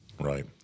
Right